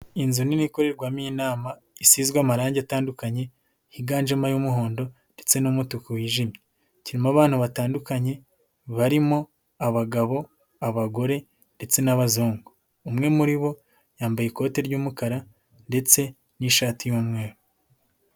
Inzu nini ikorerwamo inama, ishyizwe amarangi atandukanye higanjemo ay'umuhondo ndetse n'umutuku wijimye. Kirimo abantu batandukanye barimo abagabo, abagore ndetse n'abazungu. Umwe muri bo yambaye ikote ry'umukara ndetse n'ishati y'umweru.